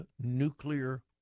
nuclear